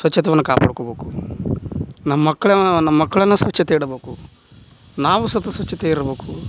ಸ್ವಚ್ಛತವನ್ನು ಕಾಪಾಡ್ಕೊಬೇಕು ನಮ್ಮ ಮಕ್ಳು ನಮ್ಮ ಮಕ್ಳನ್ನು ಸ್ವಚ್ಛತೆ ಇಡಬೇಕು ನಾವು ಸೊತ್ತ ಸ್ವಚ್ಛತೆ ಇರಬೇಕು